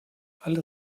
alle